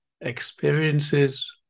Experiences